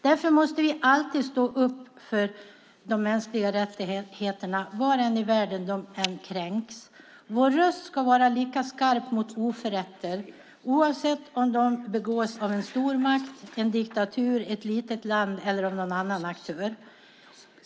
Därför måste vi alltid stå upp för de mänskliga rättigheterna var än i världen de kränks. Vår röst ska vara lika skarp mot oförrätter oavsett om de begås av en stormakt, en diktatur, ett litet land eller av en annan aktör.